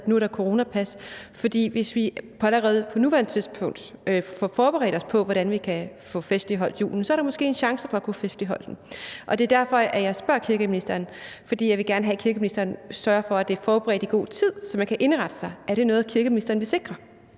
at der nu er coronapas, for hvis vi allerede på nuværende tidspunkt får forberedt os på, hvordan vi kan få festligholdt julen, så er der måske en chance for at kunne festligholde den. Det er derfor, jeg spørger kirkeministeren, for jeg vil gerne have, at kirkeministeren sørger for, at det er forberedt i god tid, så man kan indrette sig: Er det noget, kirkeministeren vil sikre?